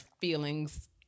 feelings